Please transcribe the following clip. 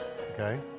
Okay